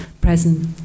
present